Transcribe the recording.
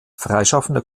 freischaffender